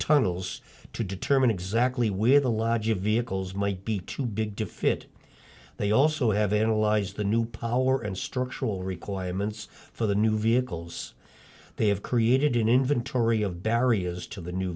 tunnels to determine exactly where the lodge of vehicles might be too big to fit they also have analyzed the new power and structural requirements for the new vehicles they have created an inventory of barriers to the new